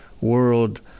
world